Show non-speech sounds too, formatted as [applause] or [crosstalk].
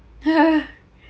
[laughs]